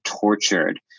tortured